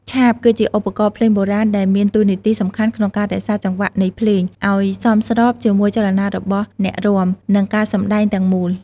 ឆាប គឺជាឧបករណ៍ភ្លេងបុរាណដែលមានតួនាទីសំខាន់ក្នុងការរក្សាចង្វាក់នៃភ្លេង អោយសមស្របជាមួយចលនារបស់អ្នករាំ និងការសម្តែងទាំងមូល។